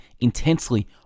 intensely